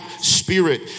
spirit